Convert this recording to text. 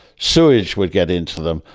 sewage would get into them.